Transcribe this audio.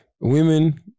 women